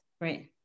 Right